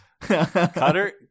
Cutter